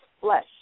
flesh